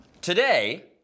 Today